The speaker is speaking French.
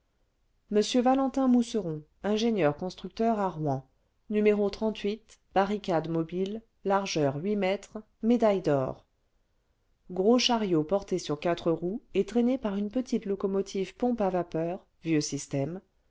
m valentin mousseron ingénieur constructeur à kouen n barricade mobile largeur huit mètres médaille d'or gros chariot porté sur quatre roues et traîné par une petite locomotive pompe à vapeur